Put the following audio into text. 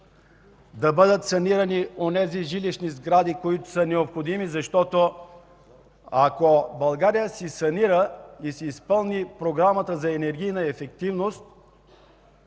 да бъдат санирани онези жилищни сгради, за които има необходимост, защото, ако България санира и изпълни Програмата за енергийна ефективност,